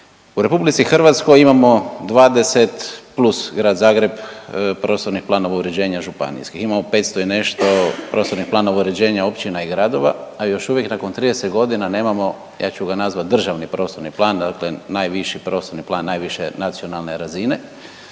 U RH imamo 20 plus Grad Zagreb prostornih planova uređenja županijskih, imamo 500 i nešto prostornih planova uređenja općina i gradova, a još uvijek nakon 30 godina nemamo, ja ću ga nazvat državni prostorni plan, dakle najviši prostorni plan, najviše nacionalne razine